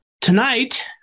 tonight